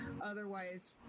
otherwise